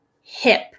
hip